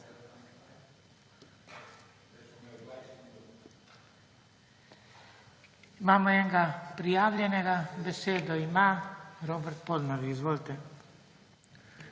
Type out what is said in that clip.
Imamo enega prijavljenega. Besedo ima Robert Polnar. Izvolite.